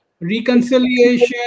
reconciliation